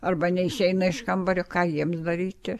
arba neišeina iš kambario ką jiems daryti